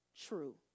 true